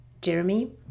Jeremy